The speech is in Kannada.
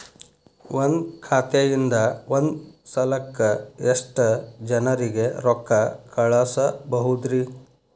ಒಂದ್ ಖಾತೆಯಿಂದ, ಒಂದ್ ಸಲಕ್ಕ ಎಷ್ಟ ಜನರಿಗೆ ರೊಕ್ಕ ಕಳಸಬಹುದ್ರಿ?